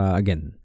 again